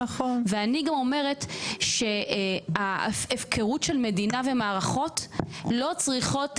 ואני גם אומרת שההפקרות של מדינה ומערכות לא צריכות